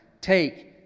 Take